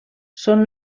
són